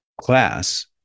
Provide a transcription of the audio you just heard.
class